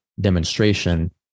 demonstration